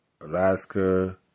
Alaska